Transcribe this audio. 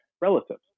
relatives